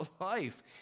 life